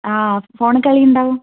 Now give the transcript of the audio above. ആഹ് ഫോണിൽ കളി ഉണ്ടാവും